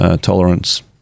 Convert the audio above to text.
tolerance